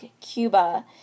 Cuba